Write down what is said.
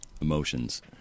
emotions